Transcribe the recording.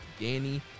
Danny